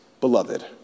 beloved